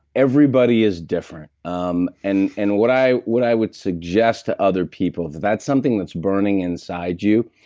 everybody is different. um and and what i would i would suggest to other people that that's something that's burning inside you.